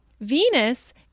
Venus